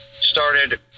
started